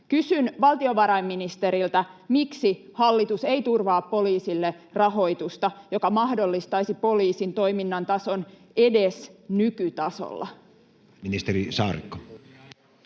Kysyn valtiovarainministeriltä: miksi hallitus ei turvaa poliisille rahoitusta, joka mahdollistaisi poliisin toiminnan tason edes nykytasolla? [Speech 48]